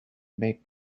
make